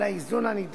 הרשימה נסגרת בזה הרגע.